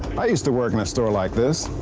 i used to work in a store like this.